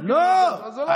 אז זה לא המצב.